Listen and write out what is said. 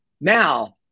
Now